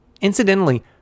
Incidentally